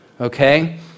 Okay